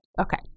Okay